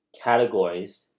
categories